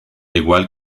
igual